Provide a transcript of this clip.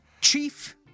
chief